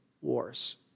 wars